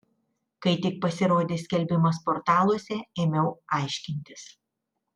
kai tik pasirodė skelbimas portaluose ėmiau aiškintis